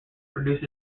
produces